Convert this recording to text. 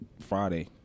Friday